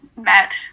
met